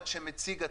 למה?